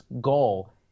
goal